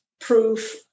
proof